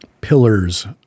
pillars